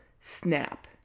snap